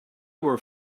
were